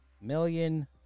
million